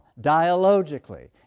dialogically